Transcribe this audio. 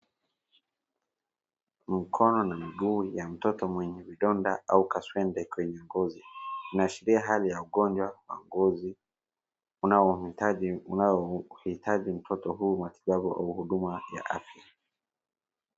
Mkono na miguu ya mtoto mwenye vidonda au kaswende kwenye ngozi. Inaashiria hali ya ugonjwa wa ngozi unaohitaji mtoto huu matibabu au huduma ya afya.